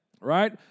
right